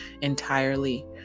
entirely